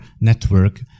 network